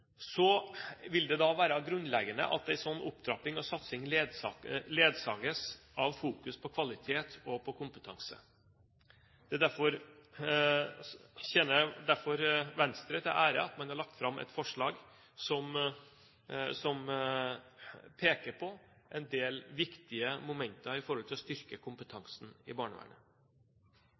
Så vil det være grunnleggende at en slik opptrapping og satsing ledsages av fokus på kvalitet og på kompetanse. Det tjener derfor Venstre til ære at man har lagt fram forslag som peker på en del viktige momenter i forhold til å styrke kompetansen i barnevernet.